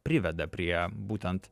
priveda prie būtent